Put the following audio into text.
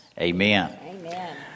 Amen